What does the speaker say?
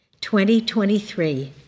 2023